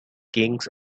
kings